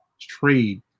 trade